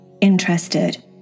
interested